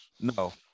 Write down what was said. no